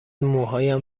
موهایم